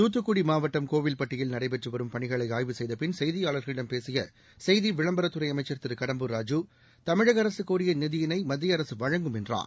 தூத்துக்குடிமாவட்டம் கோவில்பட்டியில் நடைபெற்றுவரும் பணிகளைஆய்வு செய்தபின் செய்தியாளர்களிடம் பேசியசெய்திவிளம்பரத்துறைஅமைச்சா் திருகடம்பூர் ராஜூ தமிழகஅரசுகோரியநிதியினைமத்தியஅரசுவழங்கும் என்றார்